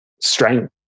strength